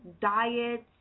diets